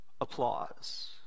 applause